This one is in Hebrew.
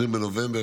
שיאפשרו להקל